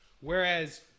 Whereas